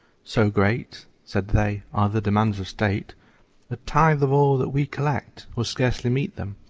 so great, said they, are the demands of state a tithe of all that we collect will scarcely meet them.